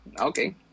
Okay